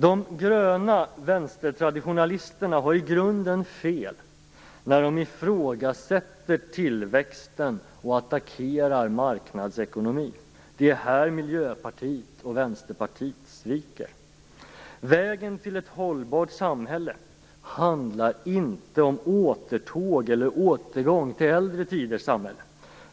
De gröna vänstertraditionalisterna har i grunden fel när de ifrågasätter tillväxten och attackerar marknadsekonomin. Det är här Miljöpartiet och Vänsterpartiet sviker. Vägen till ett hållbart samhälle handlar inte om återtåg eller återgång till äldre tiders samhälle